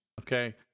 Okay